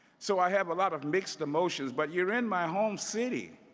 so i have a lot of mixed emotions, but you're in my home city.